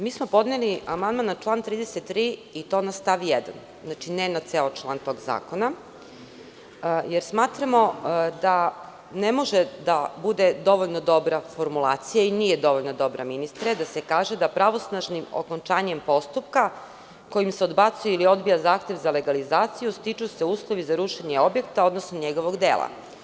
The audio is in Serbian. Mi smo podneli amandman na član 33. i to na stav 1. znači ne na ceo član tog zakona, jer smatramo da ne može da bude dovoljno dobra formulacija i nije dovoljno dobra, ministre, da se kaže da pravosnažnim okončanjem postupka kojim se odbacuje ili odbija zahtev za legalizaciju, stiču se uslovi za rušenje objekta, odnosno njegovog dela.